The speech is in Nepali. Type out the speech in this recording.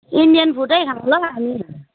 इन्डियन फुडै खाउँ ल हामी